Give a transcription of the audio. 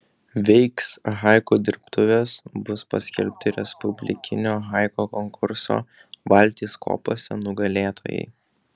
veiks haiku dirbtuvės bus paskelbti respublikinio haiku konkurso valtys kopose nugalėtojai